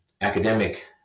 academic